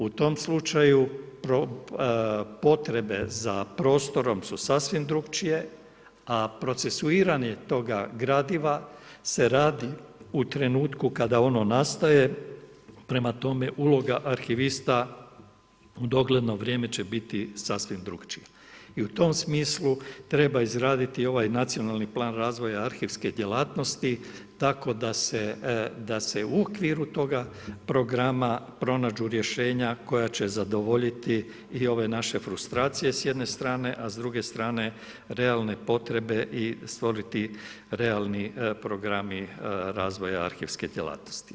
U tom slučaju potrebe za prostorom su sasvim drukčije a procesuiranje toga gradiva se radi u trenutku kada ono nastaje prema tome, uloga arhivista u dogledno vrijeme će biti sasvim drukčija i u tom smislu treba izraditi ovaj nacionalni plan razvoja arhivske djelatnosti tako da se u okviru toga programa pronađu rješenja koja će zadovoljiti i ove naše frustracije s jedne strane, a s druge strane realne potrebe i stvoriti realni programi razvoja arhivske djelatnosti.